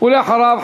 ואחריו,